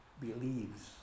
believes